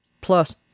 Plus